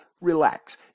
relax